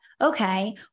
okay